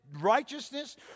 righteousness